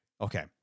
Okay